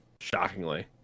shockingly